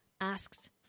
asks